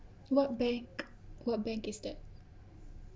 what bank what bank is that